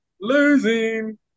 Losing